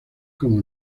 como